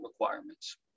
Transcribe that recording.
requirements